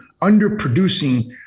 underproducing